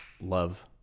love